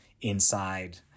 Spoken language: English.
inside